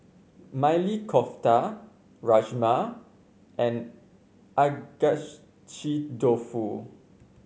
Maili Kofta Rajma and Agedashi Dofu